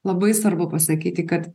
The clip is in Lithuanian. labai svarbu pasakyti kad